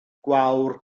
gwawr